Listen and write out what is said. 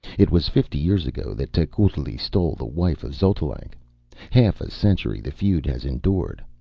it was fifty years ago that tecuhltli stole the wife of xotalanc. half a century the feud has endured.